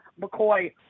McCoy